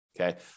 Okay